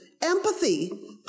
empathy